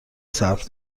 صبر